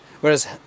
Whereas